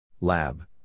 Lab